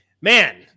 man